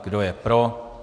Kdo je pro?